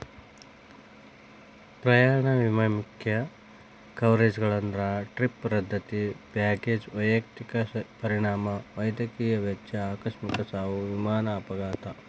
ಪ್ರಯಾಣ ವಿಮೆ ಮುಖ್ಯ ಕವರೇಜ್ಗಳಂದ್ರ ಟ್ರಿಪ್ ರದ್ದತಿ ಬ್ಯಾಗೇಜ್ ವೈಯಕ್ತಿಕ ಪರಿಣಾಮ ವೈದ್ಯಕೇಯ ವೆಚ್ಚ ಆಕಸ್ಮಿಕ ಸಾವು ವಿಮಾನ ಅಪಘಾತ